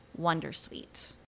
Wondersuite